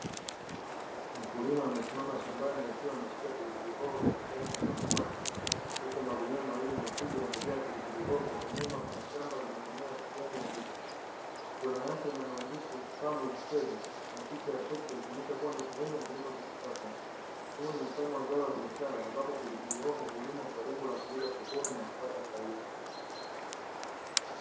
Mkulima amesimama shambani akiwa ameshika pilipili hoho za kijani mikononi mwake, huku magunia mawili makubwa yamejaa pilipili hoho. Na nyuma kuna shamba lenye mimea ya kijani ya miti, ina maandishi “Farm With Fred” na picha ya trekta, ikionyesha kuwa ni sehemu ya kilimo cha kisasa. Huu ni mfano wa zao la biashara, ambapo pilipili hoho hulimwa kwa lengo la kuuza sokoni na kupata faida.